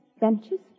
benches